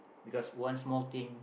because one small thing